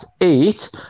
eight